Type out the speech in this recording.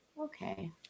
Okay